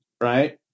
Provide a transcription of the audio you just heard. Right